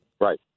Right